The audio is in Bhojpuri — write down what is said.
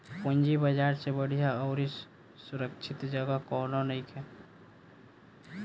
पूंजी बाजार से बढ़िया अउरी सुरक्षित जगह कौनो नइखे